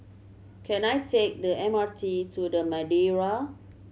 can I take the M R T to The Madeira